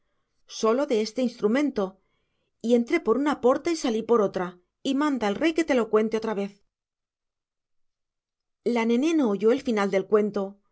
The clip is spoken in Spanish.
y tocando la gaita solo de este instrumento y entré por una porta y salí por otra y manda el rey que te lo cuente otra vez la nené no oyó el final del cuento